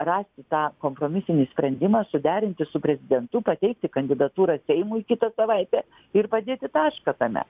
rasti tą kompromisinį sprendimą suderinti su prezidentu pateikti kandidatūrą seimui kitą savaitę ir padėti tašką tame